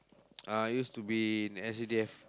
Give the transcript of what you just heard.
uh used to be in S_C_D_F